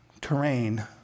terrain